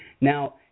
Now